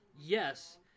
Yes